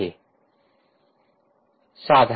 साधारणपणे 1 milli ampere